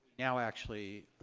now actually,